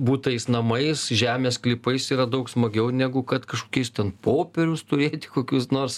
butais namais žemės sklypais yra daug smagiau negu kad kažkokiais ten popierius turėti kokius nors